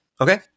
Okay